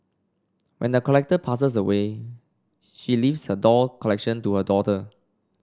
when the collector passes away she leaves her doll collection to her daughter